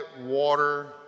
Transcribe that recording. water